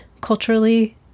culturally